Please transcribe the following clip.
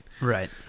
Right